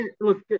Look